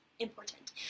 important